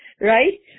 Right